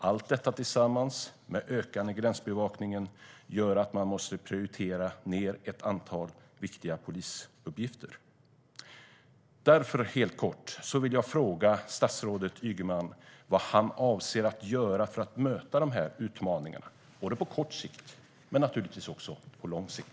Allt detta tillsammans med den ökade gränsbevakningen gör att man måste prioritera ned ett antal viktiga polisuppgifter. Därför vill jag fråga statsrådet Ygeman vad han avser att göra för att möta dessa utmaningar på både kort och lång sikt.